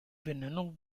benennung